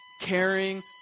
caring